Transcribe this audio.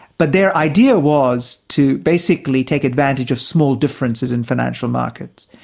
but their idea was to basically take advantage of small differences in financial markets.